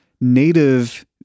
native